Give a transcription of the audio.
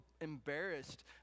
embarrassed